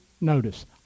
Notice